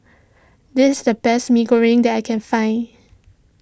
this is the best Mee Goreng that I can find